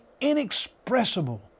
inexpressible